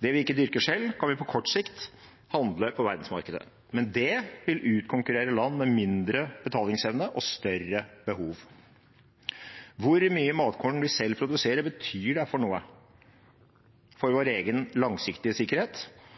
Det vi ikke dyrker selv, kan vi på kort sikt handle på verdensmarkedet, men det vil utkonkurrere land med mindre betalingsevne og større behov. Hvor mye matkorn vi selv produserer, betyr derfor noe for vår egen langsiktige sikkerhet